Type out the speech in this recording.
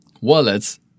wallets